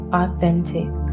authentic